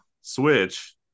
Switch